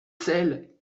sel